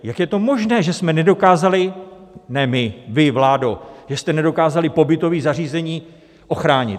Jak je to možné, že jsme nedokázali ne my, vy, vládo že jste nedokázali pobytová zařízení ochránit?